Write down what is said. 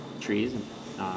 trees